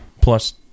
Plus